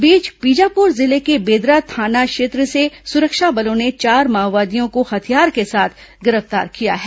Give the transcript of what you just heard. इस बीच बीजापुर जिले के बेदरे थाना क्षेत्र से सुरक्षा बलों ने चार माओवादियों को हथियार के साथ गिरफ्तार किया है